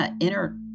inner